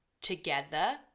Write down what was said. together